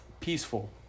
peaceful